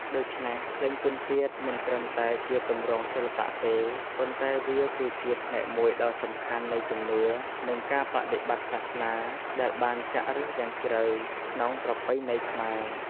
ដូច្នេះ ភ្លេងពិណពាទ្យមិនត្រឹមតែជាទម្រង់សិល្បៈទេ ប៉ុន្តែវាគឺជាផ្នែកមួយដ៏សំខាន់នៃជំនឿ និងការបដិបត្តិសាសនា ដែលបានចាក់ឫសយ៉ាងជ្រៅក្នុងប្រពៃណីខ្មែរ។